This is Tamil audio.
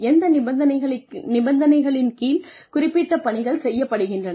எந்த நிபந்தனைகளின் கீழ் குறிப்பிட்ட பணிகள் செய்யப்படுகின்றன